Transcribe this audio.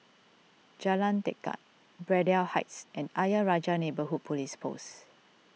Jalan Tekad Braddell Heights and Ayer Rajah Neighbourhood Police Post